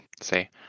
say